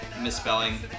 misspelling